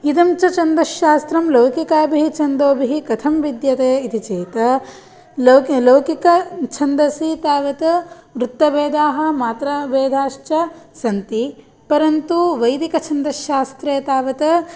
इदं च छन्दश्शास्त्रं लौकिकाभिः छन्दोभिः कथं विद्यते इति चेत् लौ लौकिकछन्दसि तावत् वृत्तवेदाः मात्राभेदाश्च सन्ति परन्तु वैदिकछन्दश्शास्त्रे तावत्